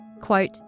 Quote